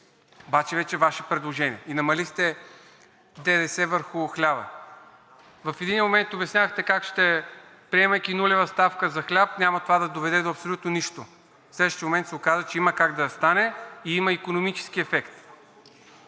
Обаче вече беше Ваше предложение и намалихте ДДС върху хляба. В единия момент обяснявахте как, приемайки нулева ставка за хляб, няма това да доведе до абсолютно нищо. Следващият момент се оказа, че има как да стане и има икономически ефект.